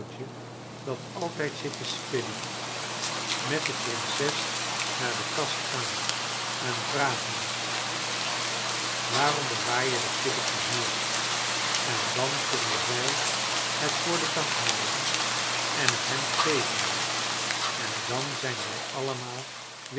dat altijd zit te spinnen met de prinses naar de kast gaan en vragen waarom bewaar je dat kippetje hier en dan kunnen zij het voor den dag halen en het hem geven en dan zijn wij allemaal